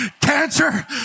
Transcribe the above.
Cancer